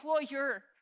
employer